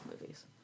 movies